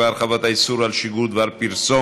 67) (הרחבת האיסור על שיגור דבר פרסומת),